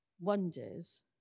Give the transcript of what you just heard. wonders